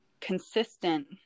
consistent